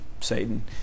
Satan